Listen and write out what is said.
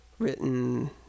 Written